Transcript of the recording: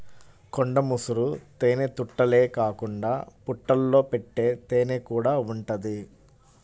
కొండ ముసురు తేనెతుట్టెలే కాకుండా పుట్టల్లో పెట్టే తేనెకూడా ఉంటది